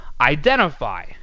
identify